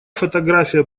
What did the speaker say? фотография